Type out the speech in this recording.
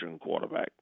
quarterback